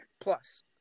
Plus